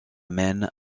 maine